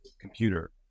computer